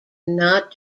not